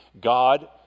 God